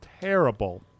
terrible